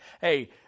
hey